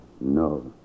no